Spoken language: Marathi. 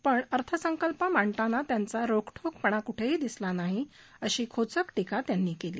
पण अर्थसंकल्प मांडताना त्यांचा रोखठोकपणा कूठेही दिसला नाही अशी खोचक टिकाही त्यांनी केली